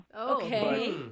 Okay